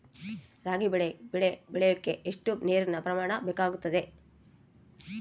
ರಾಗಿ ಬೆಳೆ ಬೆಳೆಯೋಕೆ ಎಷ್ಟು ನೇರಿನ ಪ್ರಮಾಣ ಬೇಕಾಗುತ್ತದೆ?